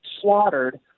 slaughtered